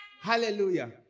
Hallelujah